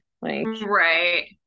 Right